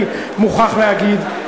אני מוכרח להגיד,